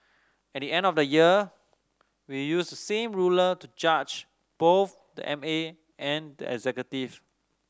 at the end of the year we use the same ruler to judge both the M A and the executive